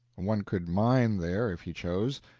one could mine there if he chose.